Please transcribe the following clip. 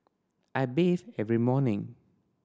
I bathe every morning